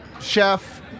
chef